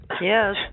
yes